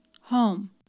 home